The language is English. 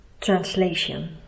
translation